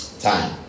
Time